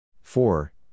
four